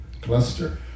cluster